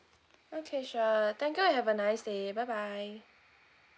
okay sure thank you you have a nice day bye bye